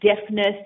deafness